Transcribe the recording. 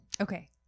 okay